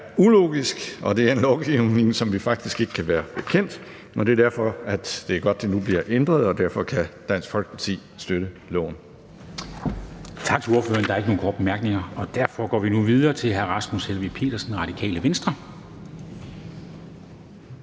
ulogisk, og det er en lovgivning, som vi faktisk ikke kan være bekendt, og det er derfor, at det er godt, at det nu bliver ændret. Derfor kan Dansk Folkeparti støtte lovforslaget. Kl. 10:35 Formanden (Henrik Dam Kristensen): Tak til ordføreren. Der er ikke nogen korte bemærkninger. Derfor går vi nu videre til hr. Rasmus Helveg Petersen, Radikale Venstre.